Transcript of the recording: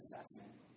assessment